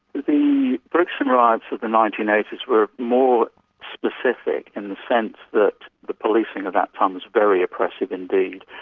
the brixton riots of the nineteen eighty s were more specific, in the sense that the policing of that time was very oppressive indeed,